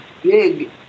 Big